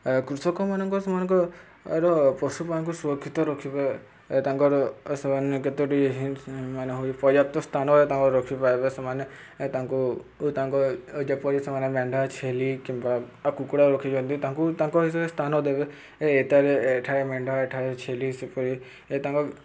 କୃଷକମାନଙ୍କ ସେମାନଙ୍କର ପଶୁମାନଙ୍କୁ ସୁରକ୍ଷିତ ରଖିବେ ତାଙ୍କର ସେମାନେ କେତେଟି ମାନେ ହୋଇ ପର୍ଯ୍ୟାପ୍ତ ସ୍ଥାନରେ ତାଙ୍କର ରଖିପାରିବେ ସେମାନେ ତାଙ୍କୁ ଓ ତାଙ୍କର ଯେପରି ସେମାନେ ମେଣ୍ଢା ଛେଳି କିମ୍ବା କୁକୁଡ଼ା ରଖିନ୍ତି ତାଙ୍କୁ ତାଙ୍କ ହିସାବରେ ସ୍ଥାନ ଦେବେ ଏ ଏଠାରେ ଏଠାରେ ମେଣ୍ଢା ଏଠାରେ ଛେଳି ସେପରି ତାଙ୍କ